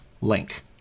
link